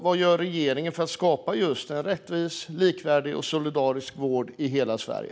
Vad gör regeringen för att skapa en rättvis, likvärdig och solidarisk vård i hela Sverige?